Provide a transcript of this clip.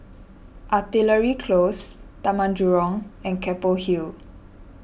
Artillery Close Taman Jurong and Keppel Hill